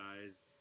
guys